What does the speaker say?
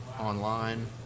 online